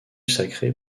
sacré